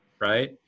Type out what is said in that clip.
right